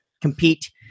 compete